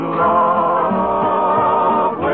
love